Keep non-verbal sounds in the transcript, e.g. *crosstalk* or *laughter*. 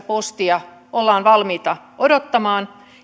*unintelligible* postia ollaan valmiita odottamaan